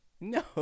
No